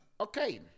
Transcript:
Okay